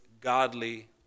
godly